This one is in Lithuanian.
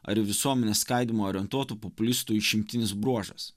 ar į visuomenės skaidymą orientuotų populistų išimtinis bruožas